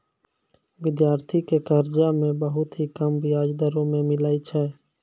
विद्यार्थी के कर्जा मे बहुत ही कम बियाज दरों मे मिलै छै